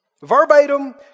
verbatim